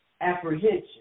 apprehension